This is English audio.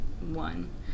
one